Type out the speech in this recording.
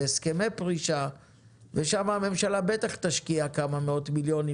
בהסכמי פרישה ושם הממשלה בטח תשקיע כמה מאות מיליוני שקלים,